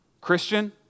Christian